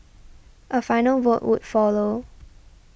a final vote would follow